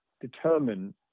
determine